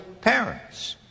parents